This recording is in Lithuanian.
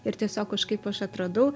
ir tiesiog kažkaip aš atradau